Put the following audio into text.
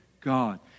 God